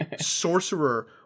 Sorcerer